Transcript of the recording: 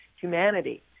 humanity